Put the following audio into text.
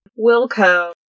Wilco